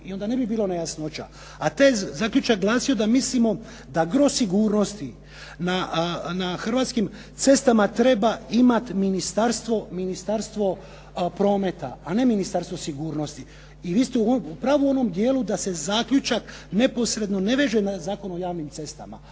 i onda ne bi bilo nejasnoća. A taj zaključak glasio da mislimo da gro sigurnosti na hrvatskim cestama treba imati Ministarstvo prometa a ne Ministarstvo sigurnosti. I vi ste u pravu onom dijelu da se zaključak neposredno ne veže na Zakon o javnim cestama,